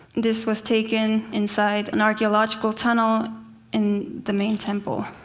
this was taken inside an archaeological tunnel in the main temple.